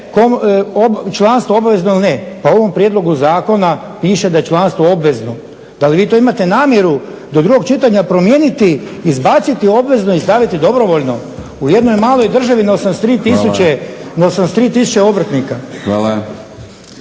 članstvo obavezno ili ne, pa u ovom prijedlogu zakona piše da je članstvo obvezno. Da li vi to imate namjeru do drugog čitanja promijeniti, izbaciti obvezno i staviti dobrovoljno? U jednoj maloj državi na 83 tisuće obrtnika.